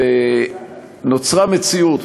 נוצרה מציאות,